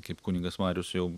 kaip kunigas marius jau